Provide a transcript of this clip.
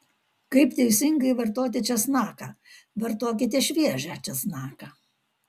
kaip teisingai vartoti česnaką vartokite šviežią česnaką